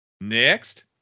Next